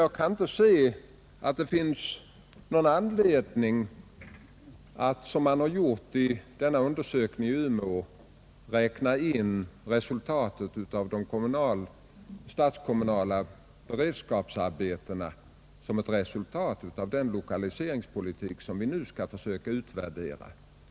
Jag kan emellertid inte se att det finns någon anledning att, som man har gjort vid undersökningen i Umeå, räkna in resultatet av de statskommunala beredskapsarbetena i den lokaliseringspolitik som vi nu skall försöka utvärdera.